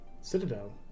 Citadel